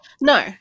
No